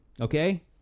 okay